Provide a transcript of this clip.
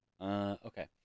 Okay